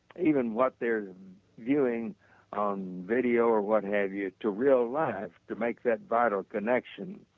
even what they're viewing on video or what have you to real life to make that vital connection.